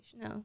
no